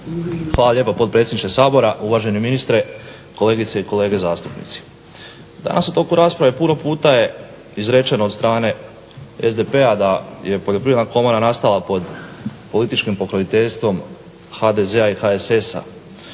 Hvala lijepa potpredsjedniče Sabora, uvaženi ministre, kolegice i kolege zastupnici. Danas u toku rasprave puno puta je izrečeno od strane SDP-a da je Poljoprivredna komora nastala pod političkim pokroviteljstvom HDZ-a i HSS-a.